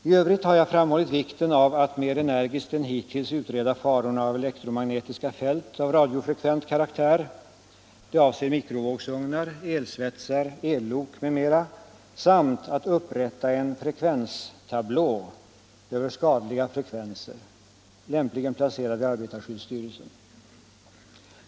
I övrigt har jag framhållit vikten av att mer energiskt än hittills utreda farorna av elektromagnetiska fält av radiofrekvent karaktär — mikrovågsugnar, elsvetsar, ellok m.m. — samt att upprätta en ”frekvenstablå” över skadliga frekvenser lämpligen placerad vid arbetarskyddsstyrelsen.